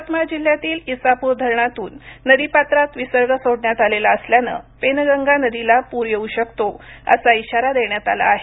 यवतमाळ जिल्ह्यातील इसापूर धरणातून नदीपात्रात विसर्ग सोडण्यात आलेला असल्यानं पेनगंगा नदीला पूर येऊ शकतो असा इशारा देण्यात आला आहे